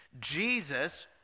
Jesus